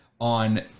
on